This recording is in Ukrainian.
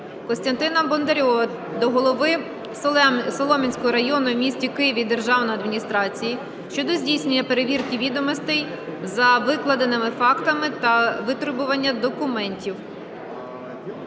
Костянтина Бондарєва до голови Солом'янської районної в місті Києві державної адміністрації щодо здійснення перевірки відомостей за викладеними фактами та витребування документів.